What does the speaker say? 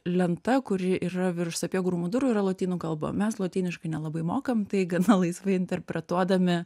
lenta kuri yra virš sapiegų rūmų durų yra lotynų kalba mes lotyniškai nelabai mokam tai gana laisvai interpretuodami